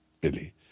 Billy